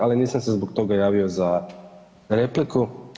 Ali nisam se zbog toga javio za repliku.